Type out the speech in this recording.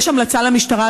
יש המלצה של המשטרה,